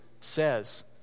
says